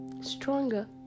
stronger